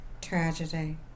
tragedy